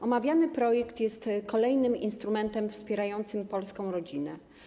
Omawiany projekt jest kolejnym instrumentem wspierającym polską rodzinę.